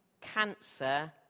cancer